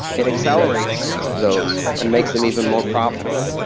it accelerates those and makes them even more profitable.